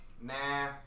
nah